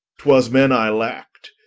twas men i lackt,